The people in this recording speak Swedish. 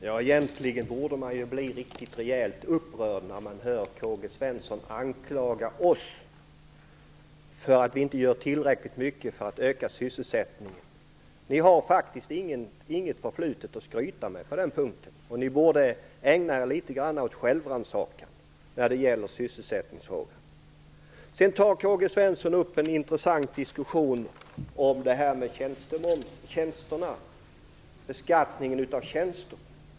Fru talman! Man borde egentligen bli rejält upprörd när K-G Svenson anklagar oss för att inte göra tillräckligt mycket för att öka sysselsättningen. Ni har faktiskt inget förflutet att skryta med på den punkten, och ni borde ägna er litet grand åt självrannsakan i sysselsättningsfrågorna. K-G Svenson tar upp en intressant diskussion om beskattningen av tjänster.